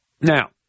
Now